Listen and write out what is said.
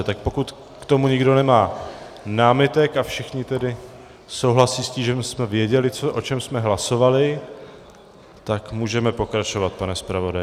Tak pokud k tomu nikdo nemá námitek a všichni souhlasí s tím, že jsme věděli, o čem jsme hlasovali, tak můžeme pokračovat, pane zpravodaji.